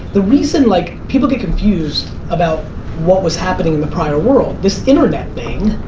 the reason, like people get confused about what was happening in the prior world. this internet thing,